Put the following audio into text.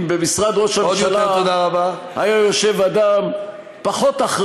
מה היה קורה אם במשרד ראש הממשלה היה יושב אדם אחראי